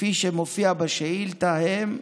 כפי שמופיע בשאילתה: